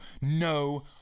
No